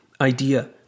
idea